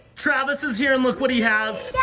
travis is here, and look what he has!